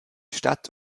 stadt